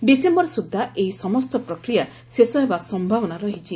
December ସୁଦ୍ଧା ଏହି ସମସ୍ତ ପ୍ରକ୍ରିୟା ଶେଷ ହେବା ସୟାବନା ରହିଛି